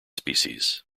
species